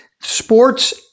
sports